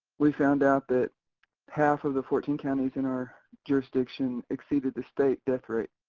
we found out that half of the fourteen counties in our jurisdiction exceeded the state death rate,